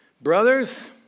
Brothers